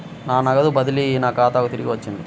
నా నగదు బదిలీ నా ఖాతాకు తిరిగి వచ్చింది